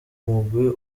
mugwi